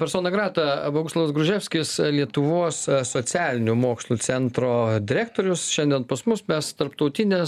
persona grata boguslavas gruževskis lietuvos socialinių mokslų centro direktorius šiandien pas mus mes tarptautinės